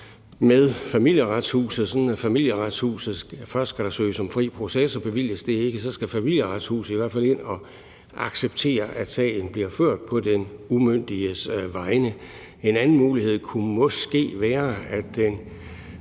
med Familieretshuset. Først skal der jo søges om fri proces, og bevilges det ikke, så skal Familieretshuset i hvert fald ind og acceptere, at sagen bliver ført på den umyndiges vegne. En anden mulighed kunne måske være, at den